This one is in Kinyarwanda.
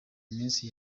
iminsi